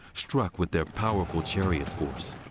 struck with their powerful chariot force.